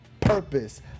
purpose